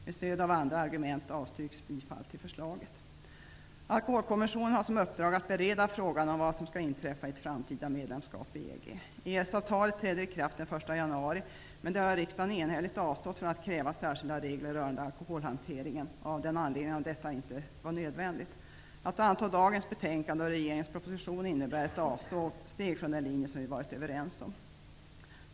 Med stöd av andra argument avstyrks förslaget. Alkoholkommissionen har som uppdrag att bereda frågan om vad som kan inträffa i ett framtida medlemskap i EG. EES-avtalet träder i kraft den 1 januari. Men där har riksdagen enhälligt avstått från att kräva särkilda regler rörande alkoholhanteringen av den anledningen att detta inte var nödvändigt. Att då anta dagens betänkande och regeringens proposition innebär att avsteg från den linje vi varit överens om.